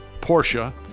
Porsche